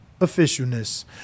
officialness